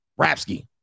Rapsky